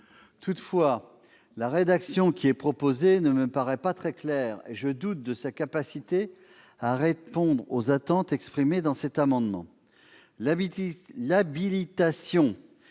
Toutefois, la rédaction proposée ne me paraît pas très claire et je doute de sa capacité à répondre aux attentes exprimées par les auteurs